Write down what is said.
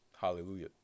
Hallelujah